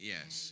Yes